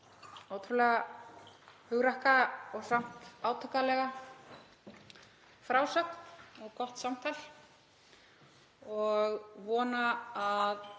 ótrúlega hugrakka og samt átakanlega frásögn og gott samtal. Ég vona að